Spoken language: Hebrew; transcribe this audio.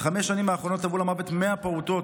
בחמש השנים האחרונות טבעו למוות 100 פעוטות,